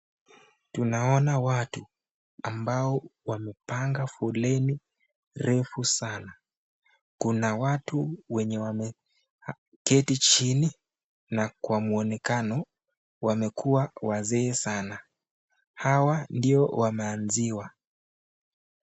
Tunaona watu ambao wamepanga foleni refu sana. Kuna watu wenye wameketi chini na kwa mwonekano wamekuwa wazee sana. Hawa ndiyo wameanziwa.